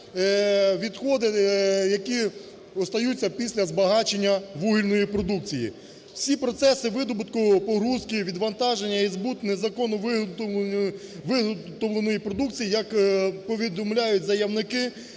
відходи, які остаються після збагачення вугільної продукції. Всі процеси видобутку, погрузки, відвантаження і збут незаконно виготовленої продукції, як повідомляють заявники,